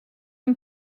een